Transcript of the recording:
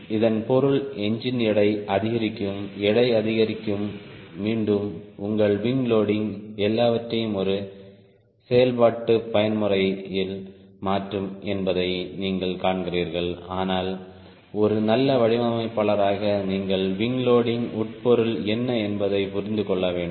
இதன் பொருள் என்ஜின் எடை அதிகரிக்கும் எடை அதிகரிக்கும் மீண்டும் உங்கள் விங் லோடிங் எல்லாவற்றையும் ஒரு செயல்பாட்டு பயன்முறையில் மாற்றும் என்பதை நீங்கள் காண்கிறீர்கள் ஆனால் ஒரு நல்ல வடிவமைப்பாளராக நீங்கள் விங் லோடிங் உட்பொருள் என்ன என்பதை புரிந்து கொள்ள வேண்டும்